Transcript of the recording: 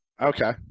Okay